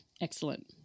Excellent